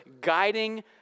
guiding